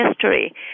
history